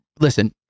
listen